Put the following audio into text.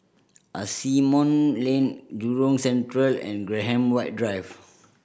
Asimont Lane Jurong Central and Graham White Drive